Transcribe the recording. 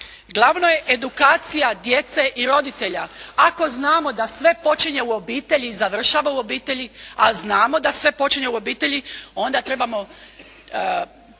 Glavno je edukacija djece i roditelja. Ako znamo da sve počinje u obitelji i završava u obitelji a znamo da sve počinje u obitelji, onda trebamo